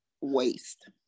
waste